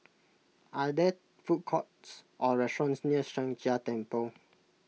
are there food courts or restaurants near Sheng Jia Temple